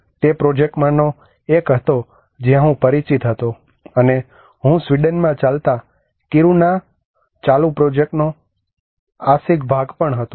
તે તે પ્રોજેક્ટમાંનો એક હતો જ્યાં હું પરિચિત હતો અને હું સ્વીડનમાં ચાલતા કિરુનાના ચાલુ પ્રોજેક્ટનો આશિક ભાગ પણ હતો